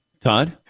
Todd